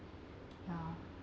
ya